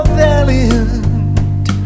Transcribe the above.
valiant